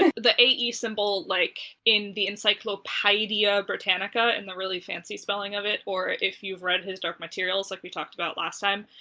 and the ae symbol like in the encyclopaedia britannica in the really fancy spelling of it, or if you've read his dark materials like we talked about last time,